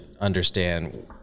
understand